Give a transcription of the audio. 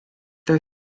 their